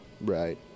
Right